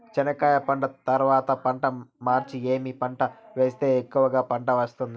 చెనక్కాయ పంట తర్వాత పంట మార్చి ఏమి పంట వేస్తే ఎక్కువగా పంట వస్తుంది?